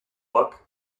book